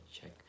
check